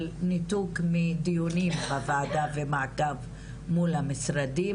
אבל ניתוק מדיונים בוועדה ומעקב מול המשרדים,